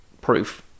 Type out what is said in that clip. proof